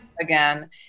again